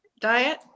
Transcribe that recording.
diet